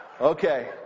okay